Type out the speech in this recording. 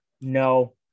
no